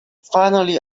finally